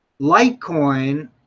Litecoin